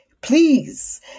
please